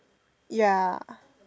ya